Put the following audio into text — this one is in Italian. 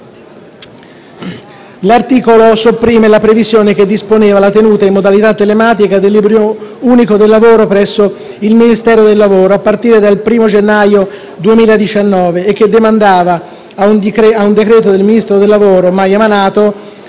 L'articolo 3 sopprime la previsione che disponeva la tenuta in modalità telematica del Libro unico del lavoro presso il Ministero del lavoro a partire dal primo gennaio 2019 e che demandava a un decreto del Ministro del lavoro - mai emanato